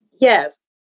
Yes